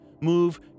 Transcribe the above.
move